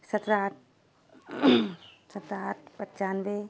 سترہ سترہ پچانوے